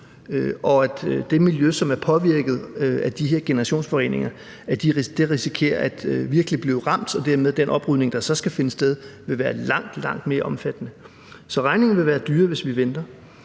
og det miljø, som er påvirket af de her generationsforureninger, risikerer virkelig at blive ramt, og dermed vil den oprydning, der så skal finde sted, være langt, langt mere omfattende. Så regningen ville være større, hvis vi venter.